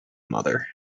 mother